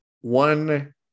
one